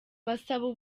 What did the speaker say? basaba